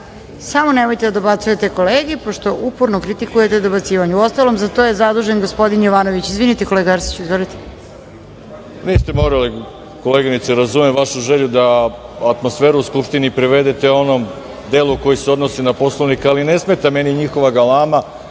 čudno. Nemojte da dobacujete kolegi, pošto uporno kritikujete dobacivanjem. Uostalom, za to je zadužen gospodin Jovanović. Izvinite, kolega Arsiću. Izvolite. **Veroljub Arsić** Niste morali, koleginice. Razumem vašu želju da atmosferu u Skupštini privedete onom delu koji se odnosi na Poslovnik, ali ne smeta meni njihova galama,